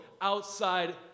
outside